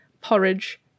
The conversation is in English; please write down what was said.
porridge